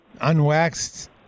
unwaxed